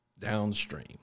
downstream